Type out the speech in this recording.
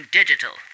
digital